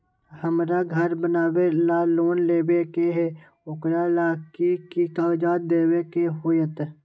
हमरा घर बनाबे ला लोन लेबे के है, ओकरा ला कि कि काग़ज देबे के होयत?